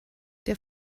der